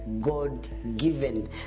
God-given